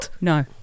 No